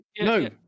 No